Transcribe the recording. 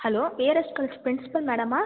hello ARR school principal மேடமா